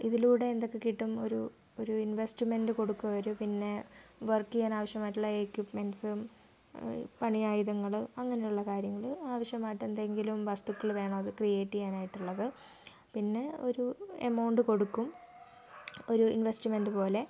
ഇതിലൂടെ എന്തൊക്കെ കിട്ടും ഒരു ഒരു ഇൻവെസ്റ്റ്മെൻറ്റ് കൊടുക്കും അവർ പിന്നെ വർക്ക് ചെയ്യാൻ ആവശ്യമായിട്ടുള്ള എക്വിപ്മെൻറ്റ്സും പണിയായുധങ്ങൾ അങ്ങനുള്ള കാര്യങ്ങൾ ആവശ്യമായിട്ട് എന്തെങ്കിലും വസ്തുക്കൾ വേണം അത് ക്രിയേറ്റ് ചെയ്യാനായിട്ടുള്ളത് പിന്നെ ഒരു എമൗണ്ട് കൊടുക്കും ഒരു ഇൻവെസ്റ്റ്മെൻറ്റ് പോലെ